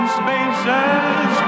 spaces